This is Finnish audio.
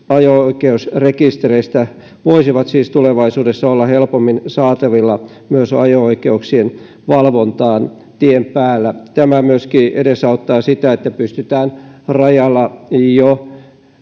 ajo oikeusrekistereistä voisivat siis tulevaisuudessa olla helpommin saatavilla myös ajo oikeuksien valvontaan tien päällä tämä myöskin edesauttaa sitä että pystytään jo rajalla